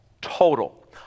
total